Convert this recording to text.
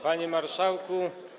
Panie Marszałku!